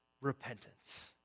repentance